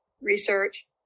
research